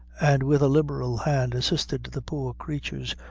and with a liberal hand assisted the poor creatures,